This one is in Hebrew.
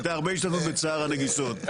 הייתה הרבה השתתפות בצער הנגיסות.